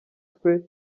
twe